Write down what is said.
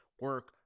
Work